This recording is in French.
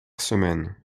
semaine